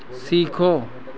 सीखो